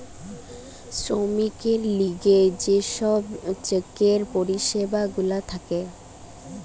শ্রমিকদের লিগে যে সব চেকের পরিষেবা গুলা থাকে